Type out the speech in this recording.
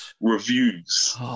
reviews